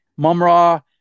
mumra